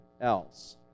else